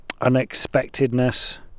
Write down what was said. unexpectedness